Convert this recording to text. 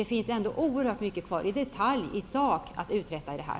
Ändå finns det oerhört mycket till att i detalj, i sak, uträtta här.